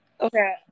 Okay